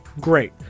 Great